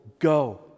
Go